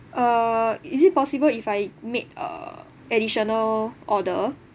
uh is it possible if I make a additional order